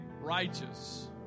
righteous